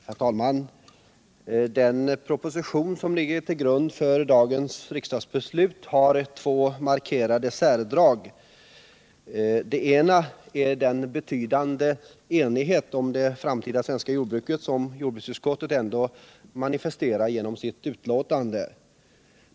Herr talman! Den proposition som ligger till grund för dagens riksdagsbeslut har två markerade särdrag. Det ena är den betydande enighet om det framtida svenska jordbruket som jordbruksutskottet ändå manifesterar genom sitt betänkande.